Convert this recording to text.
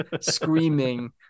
screaming